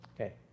Okay